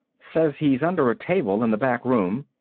says he's under a table in the back room.